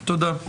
תודה.